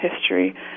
history